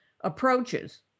approaches